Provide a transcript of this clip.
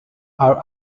are